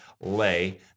lay